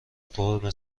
قرمه